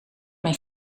mijn